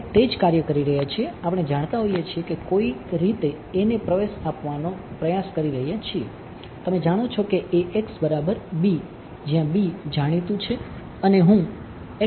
અમે તે જ કાર્ય કરી રહ્યા છીએ આપણે જાણતા હોઈએ છીએ કે કોઈક રીતે a ને પ્રવેશ આપવાનો પ્રયાસ કરી રહ્યા છીએ તમે જાણો છો કે જ્યાં b જાણીતું છે અને હું x માટે સોલ્વ કરી શકું છું